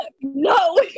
No